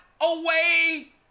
away